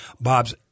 Bob's